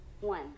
One